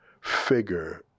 figure